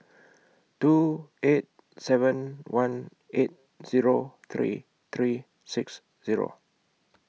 two eight seven one eight Zero three three six Zero